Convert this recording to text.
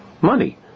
money